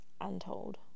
untold